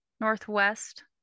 northwest